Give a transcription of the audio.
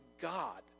God